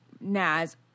Naz